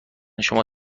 شما